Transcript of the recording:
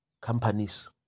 companies